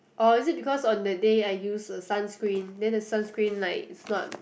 or is it because on that day I use a sunscreen then the sunscreen like is not